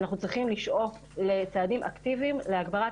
אנחנו צריכים לצעדים אקטיבים להגברת